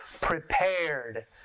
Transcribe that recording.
prepared